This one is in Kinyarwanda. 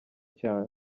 cyane